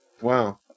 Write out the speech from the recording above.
Wow